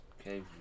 okay